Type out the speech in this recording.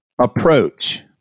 Approach